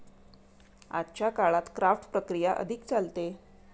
आजच्या काळात क्राफ्ट प्रक्रिया अधिक चालते